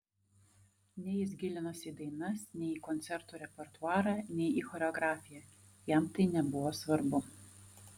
nei jis gilinosi į dainas nei į koncertų repertuarą nei į choreografiją jam tai nebuvo svarbu